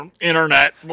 Internet